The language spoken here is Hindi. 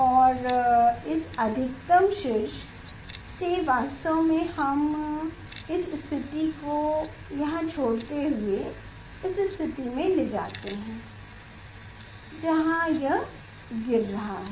और इस अधिकतम शीर्ष से वास्तव में हम इस स्थिति को यहां छोड़ते हुए उस स्थिति में ले जाते हैं जहां यह गिर रहा है